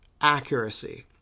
accuracy